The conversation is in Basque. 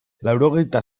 laurogeita